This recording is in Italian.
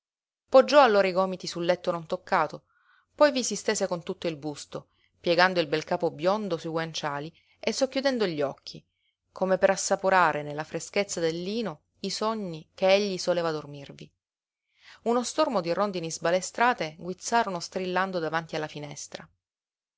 poggiò allora i gomiti sul letto non toccato poi vi si stese con tutto il busto piegando il bel capo biondo su i guanciali e socchiudendo gli occhi come per assaporare nella freschezza del lino i sonni che egli soleva dormirvi uno stormo di rondini sbalestrate guizzarono strillando davanti alla finestra